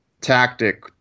tactic